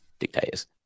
dictators